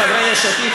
לחברי יש עתיד,